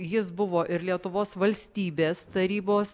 jis buvo ir lietuvos valstybės tarybos